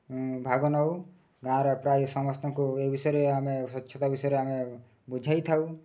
ଭାଗ ନେଉ ଗାଁର ପ୍ରାୟ ସମସ୍ତଙ୍କୁ ଏହି ବିଷୟରେ ଆମେ ସ୍ୱଚ୍ଛତା ବିଷୟରେ ଆମେ ବୁଝାଇଥାଉ